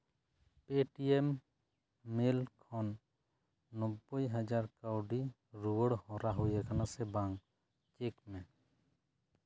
Paytm ᱢᱮᱞ ᱠᱷᱚᱱ ᱱᱳᱵᱵᱳᱭ ᱦᱟᱡᱟᱨ ᱠᱟᱹᱣᱰᱤ ᱨᱩᱣᱟᱹᱲ ᱦᱚᱨᱟ ᱦᱩᱭ ᱟᱠᱟᱱᱟ ᱥᱮ ᱵᱟᱝ ᱪᱮᱠ ᱢᱮ